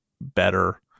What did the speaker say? better